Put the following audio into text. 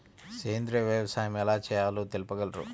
సేంద్రీయ వ్యవసాయం ఎలా చేయాలో తెలుపగలరు?